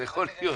זה יכול להיות,